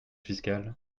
fiscal